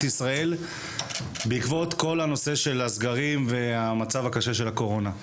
ישראל בעקבות הסגרים והמצב הקשה של הקורונה.